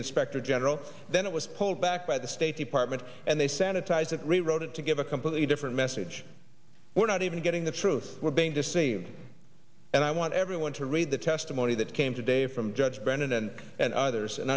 inspector general then it was pulled back by the state department and they sanitized it rewrote it to give a completely different message we're not even getting the truth we're being deceived and i want everyone to read the testimony that came today from judge brennan and others and